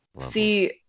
See